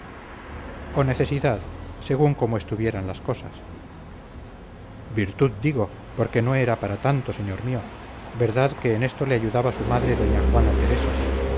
o necesidad según como estuvieran las cosas virtud digo porque no era para tanto señor mío verdad que en esto le ayudaba su madre doña juana teresa